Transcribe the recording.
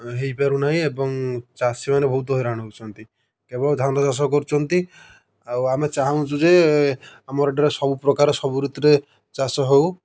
ତେଣୁ ହୋଇପାରୁନାହିଁ ଏବଂ ଚାଷୀମାନେ ବହୁତ ହଇରାଣ ହେଉଛନ୍ତି କେବଳ ଧାନ ଚାଷ କରୁଛନ୍ତି ଆଉ ଆମେ ଚାହୁଁଛୁ ଯେ ଆମର ଏଠାରେ ସବୁ ପ୍ରକାର ସବୁ ଋତୁରେ ଚାଷ ହେଉ